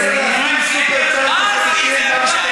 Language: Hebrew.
אני סופרמן, ראש הממשלה